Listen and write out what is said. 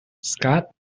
scott